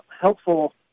helpful